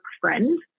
friend